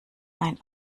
ein